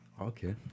Okay